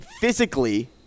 physically